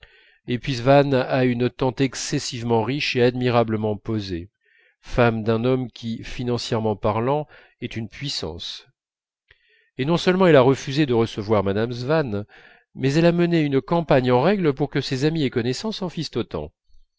puis swann a une tante excessivement riche et admirablement posée femme d'un homme qui financièrement parlant est une puissance et non seulement elle a refusé de recevoir mme swann mais elle a mené une campagne en règle pour que ses amies et connaissances en fissent autant